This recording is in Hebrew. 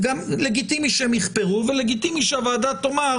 לגיטימי שהם יכפרו ולגיטימי שהוועדה תאמר